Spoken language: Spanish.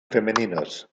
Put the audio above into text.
femeninos